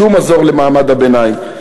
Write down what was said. שום מזור למעמד הביניים.